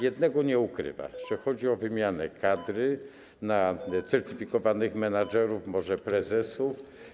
Jednego nie ukrywa, że chodzi o wymianę kadry na certyfikowanych menedżerów, może prezesów.